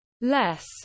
less